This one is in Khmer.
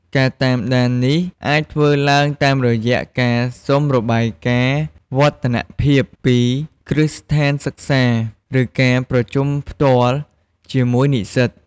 ការតាមដាននេះអាចធ្វើឡើងតាមរយៈការសុំរបាយការណ៍វឌ្ឍនភាពពីគ្រឹះស្ថានសិក្សា ឬការប្រជុំផ្ទាល់ជាមួយនិស្សិត។